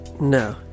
No